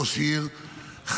אז ראש עיר חייב,